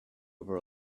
over